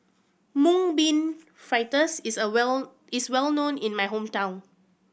Mung Bean Fritters is a is well known in my hometown